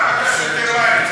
למה אתה שותה מים?